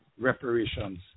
reparations